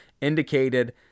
indicated